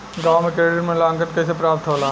गांवों में क्रेडिट मूल्यांकन कैसे प्राप्त होला?